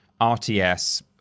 RTS